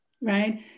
right